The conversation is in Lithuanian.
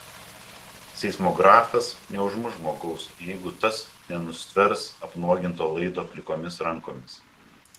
seismografas neužmuš žmogaus jeigu tas nenustvers apnuoginto laido plikomis rankomis